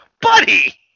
Buddy